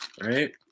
Right